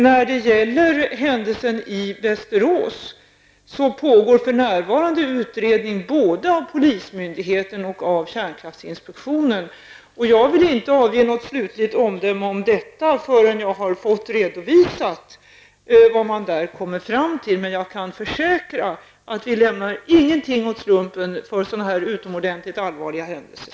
När det gäller händelsen i Västerås pågår för närvarande utredning både av polismyndigheten och av kärnkraftsinspektionen. Jag vill inte avge något slutligt omdöme om detta förrän jag har fått en redovisning för vad man har kommit fram till där. Men jag kan försäkra att vi inte lämnar någonting åt slumpen när det gäller dessa utomordentligt allvarliga händelser.